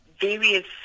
various